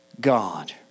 God